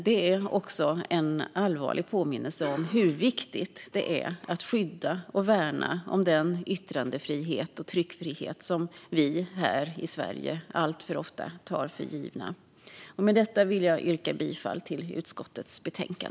Detta är också en allvarlig påminnelse om hur viktigt det är att skydda och värna den yttrandefrihet och tryckfrihet som vi här i Sverige alltför ofta tar för givna. Med detta yrkar jag bifall till utskottets förslag.